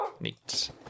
Neat